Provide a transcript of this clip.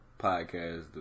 podcast